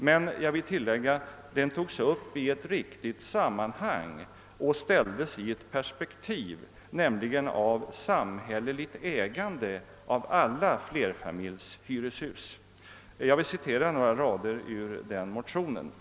Men den togs upp i ett riktigt sammanhang och ställdes i rätt perspektiv, nämligen i perspektivet av samhälleligt ägande av alla flerfamiljshyreshus. Jag vill citera några rader ur den motionen.